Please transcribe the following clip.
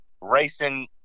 racing